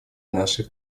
наших